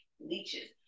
leeches